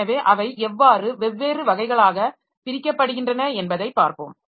எனவே அவை எவ்வாறு வெவ்வேறு வகைகளாக பிரிக்கப்படுகின்றன என்பதைப் பார்ப்போம்